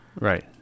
Right